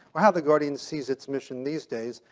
or how the guardian sees its mission these days,